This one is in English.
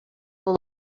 full